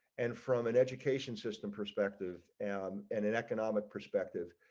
and from an education system perspective and and an economic perspective.